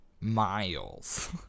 Miles